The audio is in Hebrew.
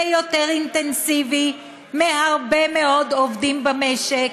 יותר אינטנסיבי מהרבה מאוד עובדים במשק,